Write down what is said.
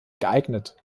geeignet